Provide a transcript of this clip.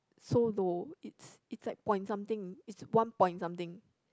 so low it's it's like point something it's one point something